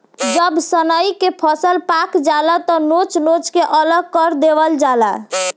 जब सनइ के फसल पाक जाला त नोच नोच के अलग कर देवल जाला